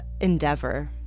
endeavor